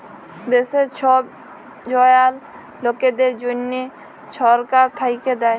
দ্যাশের ছব জয়াল লকদের জ্যনহে ছরকার থ্যাইকে দ্যায়